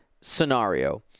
scenario